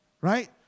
right